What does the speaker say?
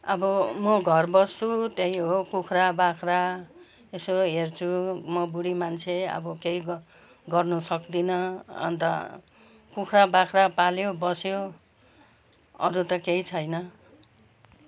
अब म घर बस्छु त्यही हो कुखरा बाख्रा यसो हेर्छु म बुढी मान्छे अब केही गर् गर्नु सक्दिनँ अन्त कुखरा बाख्रा पाल्यो बस्यो अरू त केही छैन